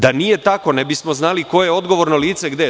Da nije tako, ne bismo znali ko je odgovorno lice gde.